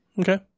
Okay